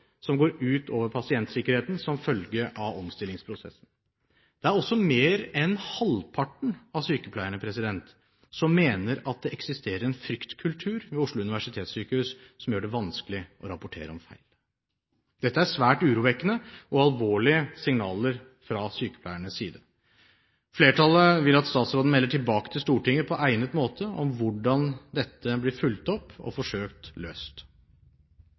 som går ut over pasientsikkerheten som følge av omstillingsprosessen. Det er også mer enn halvparten av sykepleierne som mener at det eksisterer en fryktkultur ved Oslo universitetssykehus, som gjør det vanskelig å rapportere om feil. Dette er svært urovekkende og alvorlige signaler fra sykepleiernes side. Flertallet vil at statsråden melder tilbake til Stortinget på egnet måte om hvordan dette blir fulgt opp og forsøkt løst.